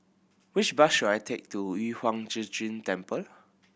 which bus should I take to Yu Huang Zhi Zun Temple